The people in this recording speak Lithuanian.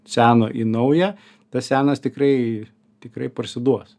seno į naują tas senas tikrai tikrai parsiduos